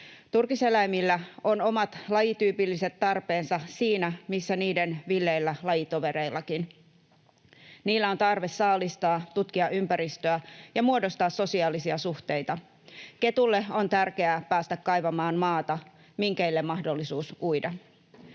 Turkiseläimillä on omat lajityypilliset tarpeensa siinä, missä niiden villeillä lajitovereillakin. Niillä on tarve saalistaa, tutkia ympäristöä ja muodostaa sosiaalisia suhteita. Ketulle on tärkeää päästä kaivamaan maata, minkeille mahdollisuus uida.